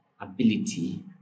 ability